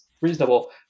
reasonable